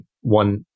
one